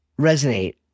resonate